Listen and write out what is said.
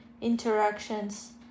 interactions